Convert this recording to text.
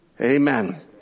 Amen